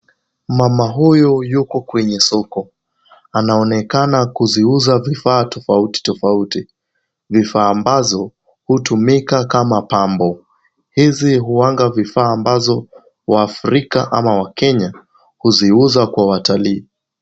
Mama huyu yuko kwenye soko. Anaonekana kuziuza vifaa tofauti tofauti. Vifaa ambazo hutumika kama mapambo. Hizi huwanga vifaa ambazo waafrika ama wakenya huziuza kwa watalii.